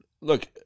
look